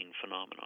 phenomenon